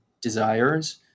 desires